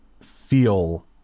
feel